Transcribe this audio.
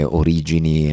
origini